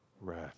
wrath